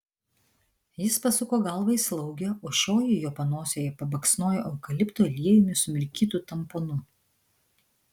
jis pasuko galvą į slaugę o šioji jo panosėje pabaksnojo eukalipto aliejumi sumirkytu tamponu